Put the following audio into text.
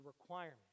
requirement